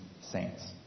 saints